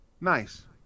Nice